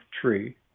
tree